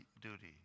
duty